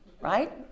right